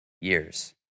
years